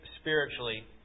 spiritually